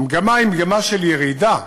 המגמה היא מגמה של ירידה,